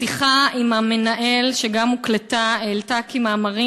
שיחה עם המנהל שגם הוקלטה העלתה כי מאמרים